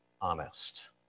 honest